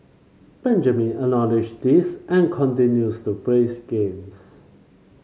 Benjamin acknowledge this and continues to plays games